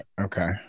Okay